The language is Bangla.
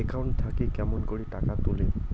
একাউন্ট থাকি কেমন করি টাকা তুলিম?